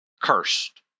cursed